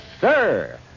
sir